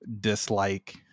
dislike